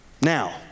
Now